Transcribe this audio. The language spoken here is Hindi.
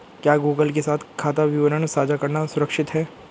क्या गूगल के साथ खाता विवरण साझा करना सुरक्षित है?